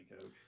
Coach